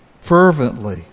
fervently